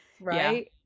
right